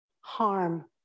harm